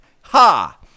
Ha